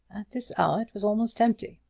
this hour it was almost empty.